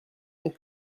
aimé